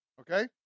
Okay